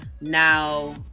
now